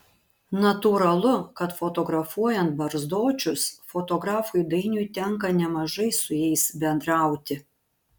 natūralu kad fotografuojant barzdočius fotografui dainiui tenka nemažai su jais bendrauti